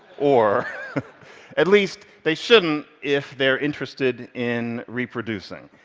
or at least, they shouldn't if they're interested in reproducing.